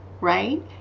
right